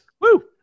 woo